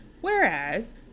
whereas